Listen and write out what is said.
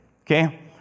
okay